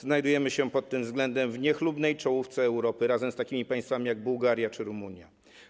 Znajdujemy się pod tym względem w niechlubnej czołówce Europy razem z takimi państwami jak Bułgaria czy Rumunia.